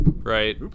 Right